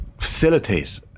facilitate